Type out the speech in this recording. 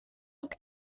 look